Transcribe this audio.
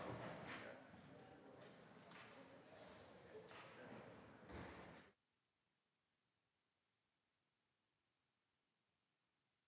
Tak